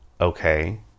Okay